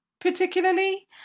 particularly